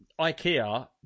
ikea